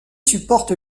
supporte